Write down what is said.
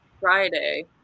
friday